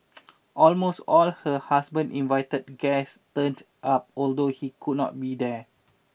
almost all her husband invited guests turned up although he could not be there